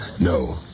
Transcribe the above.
No